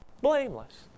Blameless